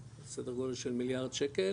סדר גודל של מיליארד שקל